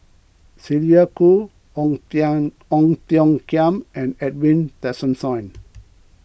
Sylvia Kho Ong Tiong Khiam and Edwin Tessensohn